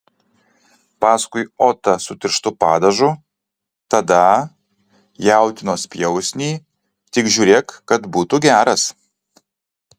paskui otą su tirštu padažu tada jautienos pjausnį tik žiūrėk kad būtų geras